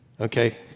Okay